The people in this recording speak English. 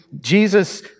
Jesus